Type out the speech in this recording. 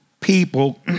people